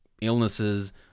illnesses